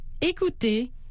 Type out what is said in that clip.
Écoutez